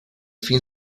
fin